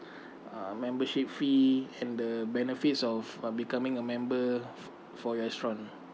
um membership fee and the benefits of uh becoming a member for your restaurant